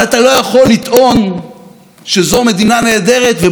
לטעון שאתה רוצה לפרק את כל המנגנונים שמחזיקים אותה